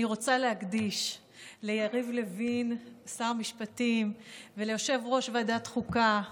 אני רוצה להקדיש ליריב לוין שר המשפטים וליושב-ראש ועדת החוקה